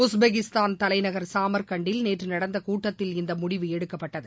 Uzbekistan தலைநகர் சாமர்கண்டில் நேறறுடந்தகூட்டத்தில் இந்தமுடிவு எடுக்கப்பட்டது